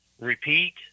repeat